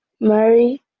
Mary